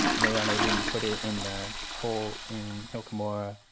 moroni didn't put it in the hole in hill cumorah.